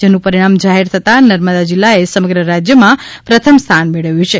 જેનુ પરિણામ જાહેર થતાં નર્મદા જિલ્લાએ સમગ્ર રાજયમાં પ્રથમ સ્થાન મેળવ્યુ છે